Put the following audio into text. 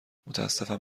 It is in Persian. متاسفم